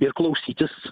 ir klausytis